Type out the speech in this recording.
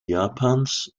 japans